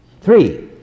Three